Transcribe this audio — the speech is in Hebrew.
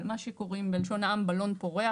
מה שקוראים בלשון העם בלון פורח.